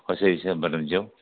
कसरी छ बटन च्याउ